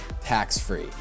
tax-free